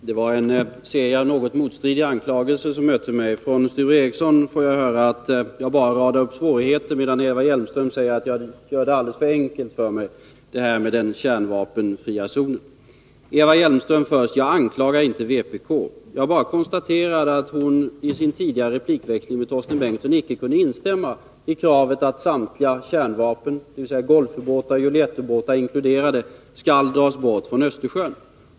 Herr talman! En serie av något motstridiga anklagelser har här riktats mot mig. Sture Ericson säger att jag bara radar upp svårigheter, medan Eva Hjelmström säger att jag gör det alldeles för enkelt för mig när det gäller detta med en kärnvapenfri zon. Först till Eva Hjelmström. Jag anklagar inte vpk. Jag bara konstaterar att Eva Hjelmström i den tidigare replikväxlingen med Torsten Bengtson icke kunde instämma i kravet att samtliga kärnvapen, dvs. Golfubåtar och Juliettubåtar inkluderade, skall dras bort från Östersjön.